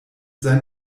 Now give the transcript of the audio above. sein